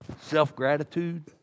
self-gratitude